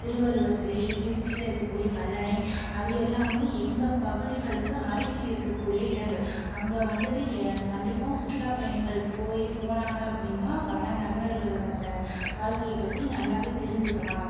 திருவள்ளுவர் சிலை திருச்சியில் இருக்க கூடிய கல்லணை அது எல்லாமே எங்க பகுதிகளுக்கு அருகிலிருக்க கூடிய இடங்கள் அங்கே வந்துட்டு கண்டிப்பாக சுற்றுலா பயணிகள் போய் போனாங்க அப்படின்னா பழந்தமிழர்களோடய ப வாழ்க்கையை பற்றி நல்லாவே தெரிஞ்சுக்கலாம்